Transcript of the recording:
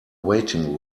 waiting